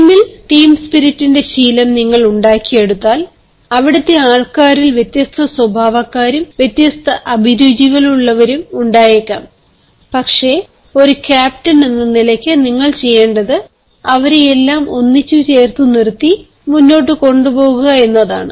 ടീമിൽ ടീം സ്പിരിറ്റിന്റെ ശീലം നിങ്ങൾ ഉണ്ടാക്കിയെടുത്താൽ അവിടെത്തെ ആൾക്കാരിൽ വ്യത്യസ്ത സ്വഭാവക്കാരും വ്യത്യസ്ത അഭിരുചികൾയുള്ളവരും ഉണ്ടായേക്കാം പക്ഷെ ഒരു ക്യാപ്റ്റൻ എന്ന നിലയ്ക്ക് നിങ്ങൾ ചെയ്യേണ്ടത് അവരെയെല്ലാം ഒന്നിച്ചു ചേർത്തു നിറുത്തി മുന്നോട്ടു പോകുക എന്നതാണ്